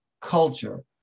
culture